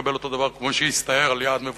לקבל אותו דבר כמו מי שהסתער על יעד מבוצר?